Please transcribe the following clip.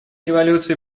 революции